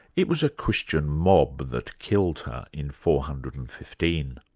it was a christian mob that killed her in four hundred and fifteen.